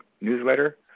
newsletter